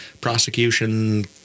prosecution